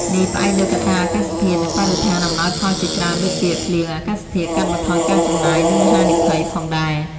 នេះផ្អែកលើកត្តាអាកាសធាតុ និងបរិស្ថានអំណោយផលជាច្រើនដូចជា ភ្លៀង អាកាសធាតុ កាត់បន្ថយការចំណាយ និងហានិភ័យផងដែរ។